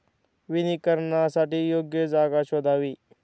वनीकरणासाठी योग्य जागा शोधावी